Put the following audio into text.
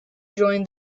join